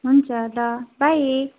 हुन्छ ल बाई